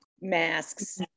masks